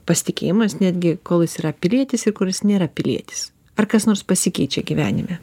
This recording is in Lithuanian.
pasitikėjimas netgi kol jis yra pilietis ir kuris nėra pilietis ar kas nors pasikeičia gyvenime